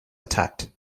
attacked